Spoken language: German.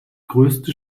größte